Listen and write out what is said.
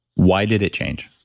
why did it change?